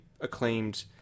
acclaimed